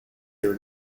your